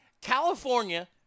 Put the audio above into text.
California